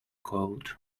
colt